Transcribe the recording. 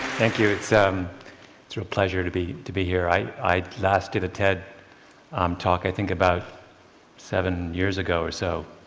thank you. it's um a real pleasure to be to be here. i i last did a ted um talk i think about seven years ago or so.